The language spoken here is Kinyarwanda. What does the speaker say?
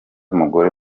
mugore